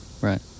right